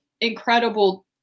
incredible